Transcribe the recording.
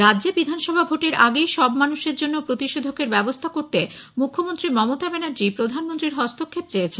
রাজ্যে বিধানসভা ভোটের আগেই সব মানুষের জন্য প্রতিষেধকের ব্যবস্থা করতে মুখ্যমন্ত্রী প্রধানমন্ত্রীর হস্তক্ষেপ চেয়েছেন